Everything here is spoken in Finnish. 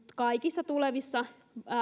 kaikissa tulevissa